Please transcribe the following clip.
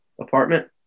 apartment